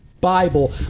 Bible